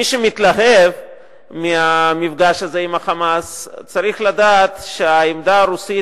מי שמתלהב מהמפגש הזה עם ה"חמאס" צריך לדעת שהעמדה הרוסית